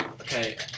Okay